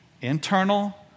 Internal